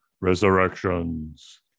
Resurrections